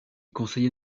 conseillers